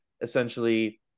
essentially